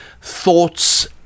thoughts